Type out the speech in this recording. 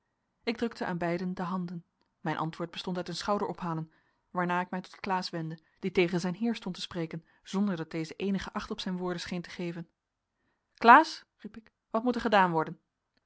ik drukte aan beiden de handen mijn antwoord bestond uit een schouderophalen waarna ik mij tot klaas wendde die tegen zijn heer stond te spreken zonder dat deze eenige acht op zijn woorden scheen te geven klaas riep ik wat moet er gedaan worden